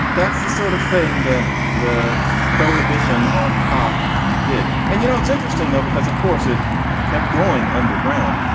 that's the sort of thing that the prohibition on cock did. and, you know, it's interesting, though, because, of course, it kept going underground.